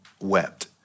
wept